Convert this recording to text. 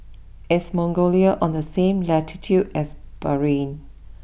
is Mongolia on the same latitude as Bahrain